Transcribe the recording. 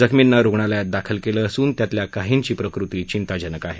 जखमींना रुग्णालयात दाखल केलं असून त्यातल्या काहींची प्रकृती चिंताजनक आहे